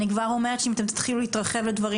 אני כבר אומרת שאם אתם תתחילו להתרחב לדברים